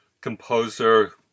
composer